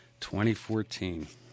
2014